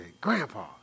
Grandpa